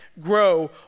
grow